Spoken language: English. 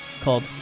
called